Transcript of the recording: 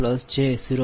60 p